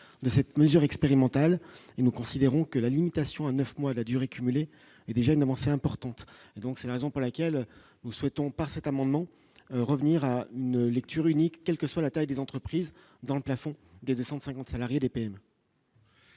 de cette mesure expérimentale et nous considérons que la limitation à 9 mois la durée cumulée est déjà une avancée importante, donc c'est la raison pour laquelle nous souhaitons par cet amendement, revenir à une lecture unique, quelle que soit la taille des entreprises dans le plafond des 250 salariés des PME.